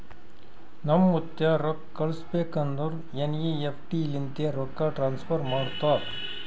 ನಮ್ ಮುತ್ತ್ಯಾ ರೊಕ್ಕಾ ಕಳುಸ್ಬೇಕ್ ಅಂದುರ್ ಎನ್.ಈ.ಎಫ್.ಟಿ ಲಿಂತೆ ರೊಕ್ಕಾ ಟ್ರಾನ್ಸಫರ್ ಮಾಡ್ತಾರ್